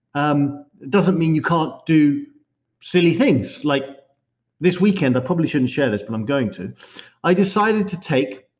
um doesn't mean you can't do silly things, like this weekend. i probably shouldn't share this, but i'm going to i decided to take,